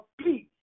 peace